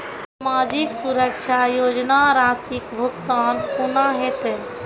समाजिक सुरक्षा योजना राशिक भुगतान कूना हेतै?